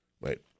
Wait